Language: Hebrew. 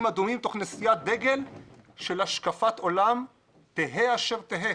אדומים תוך נשיאת דגל של השקפת עולם תהא אשר תהא'